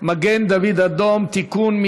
מגן-דוד-אדום (תיקון,